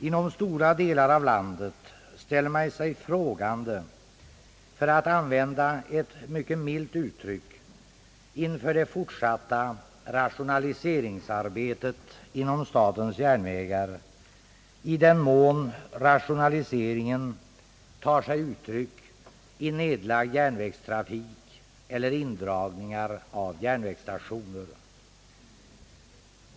Inom stora delar av landet ställer man sig frågande — för att använda ett mycket milt uttryck — inför det fortsatta rationaliseringsarbetet inom statens järnvägar i den mån rationaliseringen tar sig uttryck i nedlagd järnvägstrafik eller indragna järnvägsstationer.